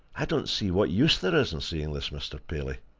i don't see what use there is in seeing this mr. paley.